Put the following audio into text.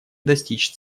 достичь